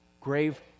grave